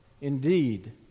indeed